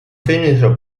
finished